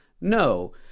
No